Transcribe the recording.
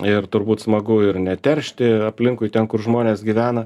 ir turbūt smagu ir neteršti aplinkui ten kur žmonės gyvena